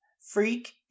freak